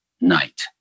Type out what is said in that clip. night